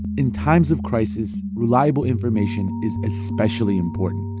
in times of crisis, reliable information is especially important.